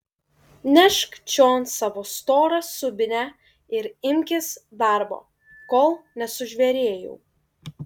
nešk čion savo storą subinę ir imkis darbo kol nesužvėrėjau